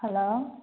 hello